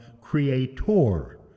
creator